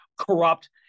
corrupt